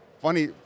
funny